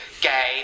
gay